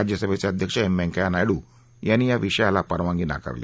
राज्यसभेचं अध्यक्ष एम वेंकच्या नायडू यांनी या विषयाला परवानगी नाकारली